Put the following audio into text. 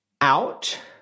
out